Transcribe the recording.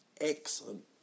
excellent